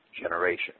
Generation